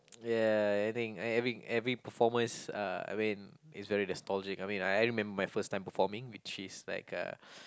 yeah I think every every performance uh I mean is very nostalgic I mean I remember my first time performing which is like uh